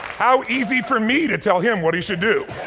how easy for me to tell him what he should do.